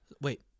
Wait